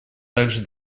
также